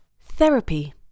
Therapy